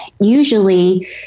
usually